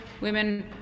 women